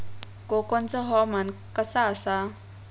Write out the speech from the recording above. कोकनचो हवामान कसा आसा?